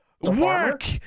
Work